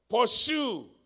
Pursue